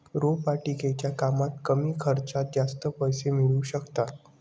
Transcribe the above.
रोपवाटिकेच्या कामात कमी खर्चात जास्त पैसे मिळू शकतात